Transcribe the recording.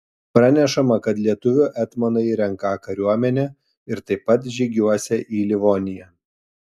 pranešama kad lietuvių etmonai renką kariuomenę ir taip pat žygiuosią į livoniją